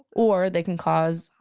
or, they can cause,